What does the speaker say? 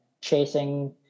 chasing